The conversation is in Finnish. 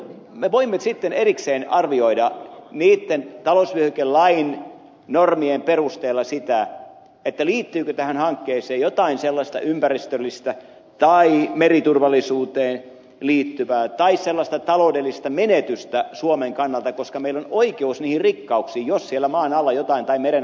me voimme sitten erikseen arvioida niitten talousvyöhykelain normien perusteella sitä liittyykö tähän hankkeeseen jotain sellaista ympäristöllistä tai meriturvallisuuteen liittyvää tai sellaista taloudellista menetystä suomen kannalta koska meillä on oikeus niihin rikkauksiin jos siellä meren alla jotain rikkauksia on